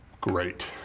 Great